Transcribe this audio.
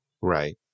Right